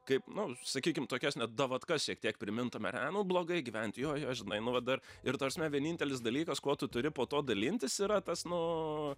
kaip nu sakykim tokias net davatkas šiek tiek primintume ar ne nu blogai gyvent jo jo žinai nu va dar ir ta prasme vienintelis dalykas kuo tu turi po to dalintis yra tas nu